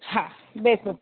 હા બેસો